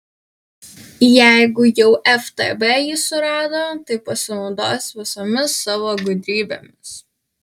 jeigu jau ftb jį surado tai pasinaudos visomis savo gudrybėmis